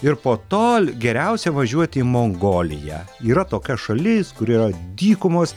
ir po tol geriausia važiuoti į mongoliją yra tokia šalis kur yra dykumos